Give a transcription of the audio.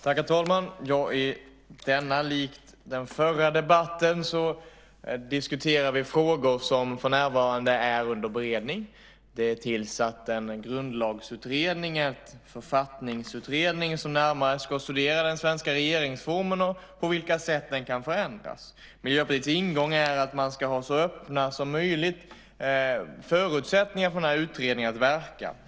Herr talman! I denna debatt, likt den förra debatten, diskuterar vi frågor som för närvarande är under beredning. En grundlagsutredning, en författningsutredning, är tillsatt som närmare ska studera den svenska regeringsformen och på vilka sätt den kan förändras. Miljöpartiets ingång är att man ska ha så öppna förutsättningar som möjligt för utredningen att verka.